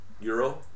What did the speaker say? euro